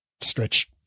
stretch